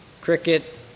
Cricket